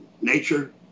nature